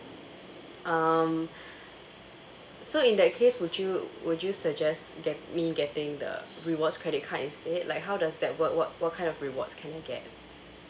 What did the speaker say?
um so in that case would you would you suggest ge~ me getting the rewards credit card instead like how does that work what what kind of rewards can you get